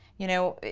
you know,